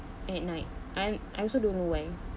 at night I I also don't know why